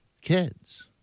kids